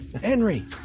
Henry